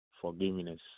forgiveness